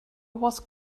was